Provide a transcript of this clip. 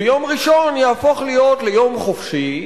ויום ראשון יהפוך להיות יום חופשי,